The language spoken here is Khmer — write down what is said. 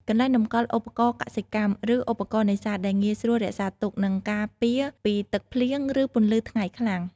កន្លែងតម្កល់ឧបករណ៍កសិកម្ម ឬឧបករណ៍នេសាទ ដែលងាយស្រួលរក្សាទុក និងការពារពីទឹកភ្លៀង ឬពន្លឺថ្ងៃខ្លាំង ។